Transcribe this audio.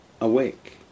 Awake